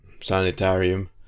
sanitarium